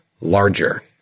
larger